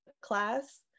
class